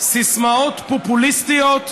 סיסמאות פופוליסטיות נבובות,